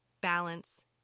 balance